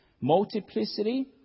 Multiplicity